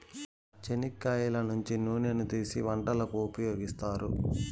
చెనిక్కాయల నుంచి నూనెను తీసీ వంటలకు ఉపయోగిత్తారు